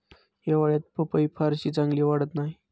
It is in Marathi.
हिवाळ्यात पपई फारशी चांगली वाढत नाही